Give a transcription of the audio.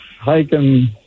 hiking